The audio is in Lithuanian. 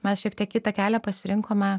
mes šiek tiek kitą kelią pasirinkome